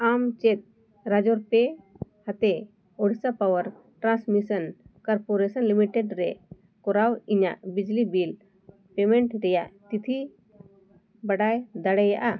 ᱟᱢ ᱪᱮᱫ ᱨᱟᱡᱚᱨ ᱯᱮ ᱦᱚᱛᱮ Odisha power transmission corporation limited ᱨᱮ ᱠᱚᱨᱟᱣ ᱤᱧᱟᱹᱜ ᱵᱤᱡᱽᱞᱤ ᱵᱤᱞ ᱯᱮᱢᱮᱱᱴ ᱨᱮᱭᱟᱜ ᱛᱤᱛᱷᱤ ᱵᱟᱰᱟᱭ ᱫᱟᱲᱮᱭᱟᱜᱼᱟ